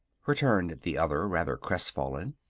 returned the other, rather crestfallen.